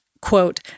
quote